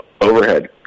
overhead